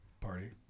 party